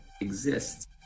exists